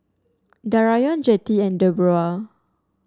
Darrion Jettie and Debroah